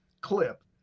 clip